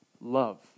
love